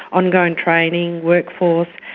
ongoing training, workforce,